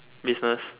business